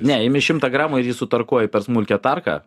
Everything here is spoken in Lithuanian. ne imi šimtą gramų ir jį sutarkuoji per smulkią tarką